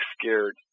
scared